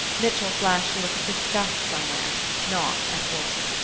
mitchell flashed a look of disgust somewhere not at wolfe.